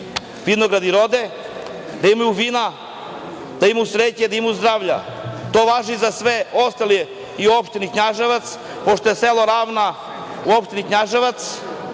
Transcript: vinogradi rode, da imaju vina, da imaju sreće, da imaju zdravlja. To važi i za sve ostale u opštini Knjaževac, pošto je selo Ravna u opštini Knjaževac,